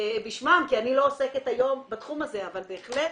בשמם כי אני לא עוסקת היום בתחום הזה אבל בהחלט